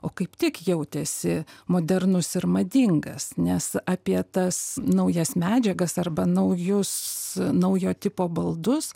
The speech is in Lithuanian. o kaip tik jautėsi modernus ir madingas nes apie tas naujas medžiagas arba naujus naujo tipo baldus